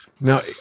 Now